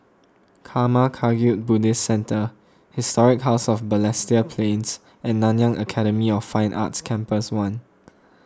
Karma Kagyud Buddhist Centre Historic House of Balestier Plains and Nanyang Academy of Fine Arts Campus one